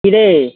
কীরে